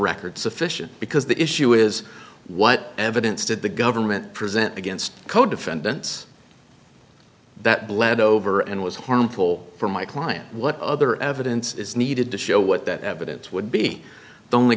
record sufficient because the issue is what evidence did the government present against co defendants that bled over and was harmful for my client what other evidence is needed to show what that evidence would be the only